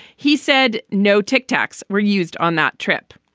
he said no tic tacs were used on that trip.